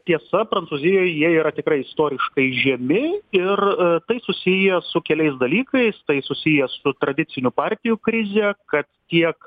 tiesa prancūzijoj jie yra tikrai istoriškai žemi ir tai susiję su keliais dalykais tai susiję su tradicinių partijų krize ka tiek